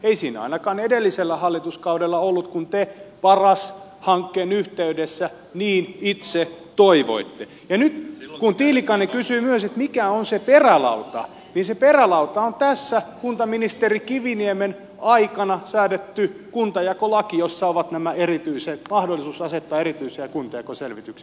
ei siinä ainakaan edellisellä hallituskaudella ollut kun te paras hankkeen yhteydessä niin itse toivoitte ja nyt kun tiilikainen kysyi myös mikä on se perälauta niin se perälauta on tässä kuntaministeri kiviniemen aikana säädetty kuntajakolaki jossa on mahdollisuus asettaa erityisiä kuntajakoselvityksiä